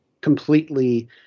completely